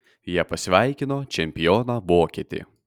jie pasveikino čempioną vokietį